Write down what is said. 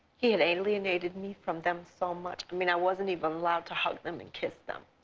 he had alienated me from them so much. i mean, i wasn't even allowed to hug them and kiss them.